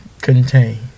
contain